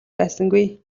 байсангүй